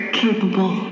capable